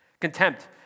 Contempt